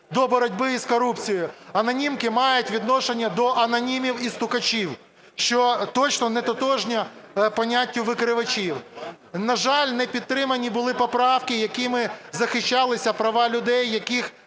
до боротьби з корупцією, анонімки мають відношення до анонімів і стукачів, що точно нетотожно поняттю "викривачів". На жаль, не підтримані були поправки, якими захищалися права людей, яких